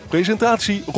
Presentatie